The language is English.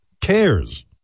Cares